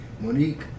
Monique